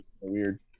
Weird